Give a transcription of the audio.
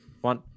one